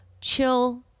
chill